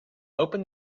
open